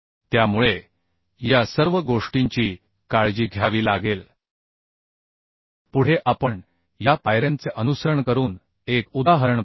त्यामुळे या सर्व गोष्टींची काळजी घ्यावी लागेल पुढे आपण या पायऱ्यांचे अनुसरण करून एक उदाहरण पाहू